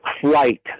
flight